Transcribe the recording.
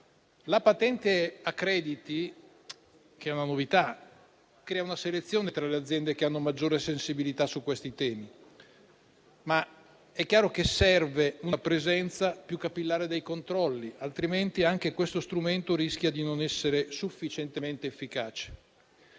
La patente a crediti, che è una novità, crea una selezione tra le aziende che hanno maggiore sensibilità su questi temi; è chiaro però che serve una presenza più capillare dei controlli, altrimenti anche questo strumento rischia di non essere sufficientemente efficace.